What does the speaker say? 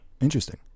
Interesting